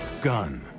Gun